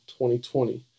2020